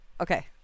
Okay